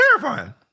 terrifying